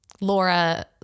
Laura